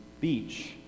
Beach